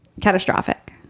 catastrophic